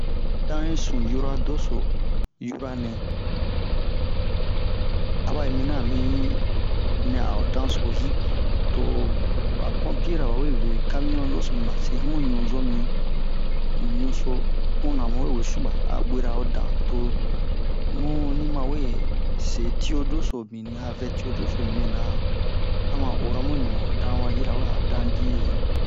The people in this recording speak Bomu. dan yi su yura doso yura-nɛ aba yi miniɲan ami nɛ a ho dan so hi to ɓa ponpiye-ra ɓawe ve kamiɲon doso mi ɓa se amu ɲu zo mi mu ɲuso punna mu we wee suɓa a ɓera ho dan mu ni mawe se tiyo doso mini a vɛ tiyo doso nibe na ama ora mu ɲu ho dan wa yirawe a ho dan ji hi